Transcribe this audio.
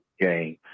game